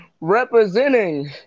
Representing